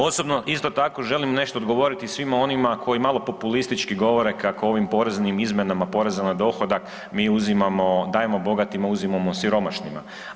Osobno, isto tako želim nešto odgovoriti svima onima koji malo populistički govore kako ovim poreznim izmjenama poreza na dohodak mi uzimamo, dajemo bogatima, uzimamo siromašnima.